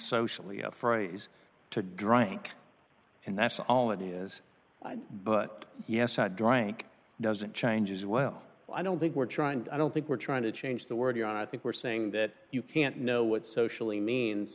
socially a phrase to drank and that's all it is but yes i drank doesn't changes well i don't think we're trying i don't think we're trying to change the word i think we're saying that you can't know what socially means